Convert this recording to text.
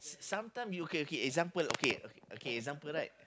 sometime you okay okay example okay okay example right